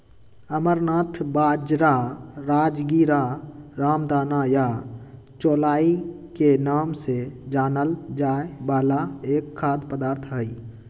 amaranth बाजरा, राजगीरा, रामदाना या चौलाई के नाम से जानल जाय वाला एक खाद्य पदार्थ हई